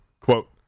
Quote